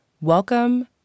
Welcome